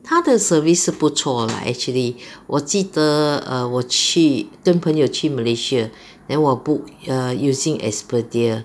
他的 service 是不错 right actually 我记得 err 我去跟朋友去 malaysia then 我 book err using Expedia